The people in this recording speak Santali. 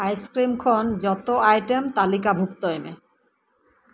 ᱟᱭᱥᱠᱨᱤᱢ ᱠᱷᱚᱱ ᱡᱚᱛᱚ ᱟᱭᱴᱮᱢ ᱛᱟᱹᱞᱤᱠᱟ ᱵᱷᱩᱠᱛᱚᱭ ᱢᱮ